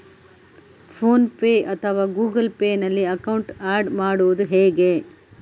Phone pay ಅಥವಾ Google pay ನಲ್ಲಿ account add ಮಾಡುವುದು ಹೇಗೆ?